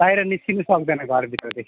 बाहिर निस्किनु सक्दैन घरभित्रदेखि